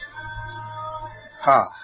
Ha